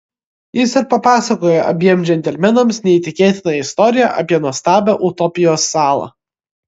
jis ir papasakoja abiem džentelmenams neįtikėtiną istoriją apie nuostabią utopijos salą